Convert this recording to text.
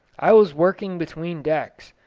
i was working between decks,